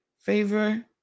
Favor